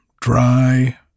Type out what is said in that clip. dry